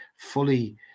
Fully